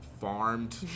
farmed